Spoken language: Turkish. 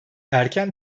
erken